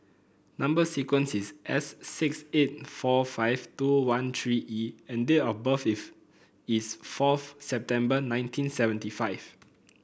number sequence is S six eight four five two one three E and date of birth if is fourth September nineteen seventy five